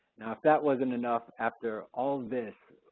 now if that wasn't enough after all of this,